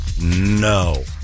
No